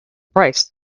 price